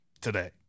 today